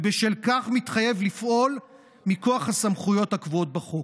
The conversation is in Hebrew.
ובשל כך מתחייב לפעול מכוח הסמכויות הקבועות בחוק.